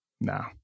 No